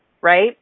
right